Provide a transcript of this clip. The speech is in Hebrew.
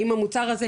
האם המוצר הזה,